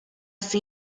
see